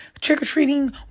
trick-or-treating